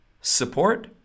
support